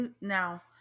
Now